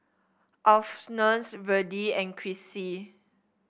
Alphonse Virdie and Chrissy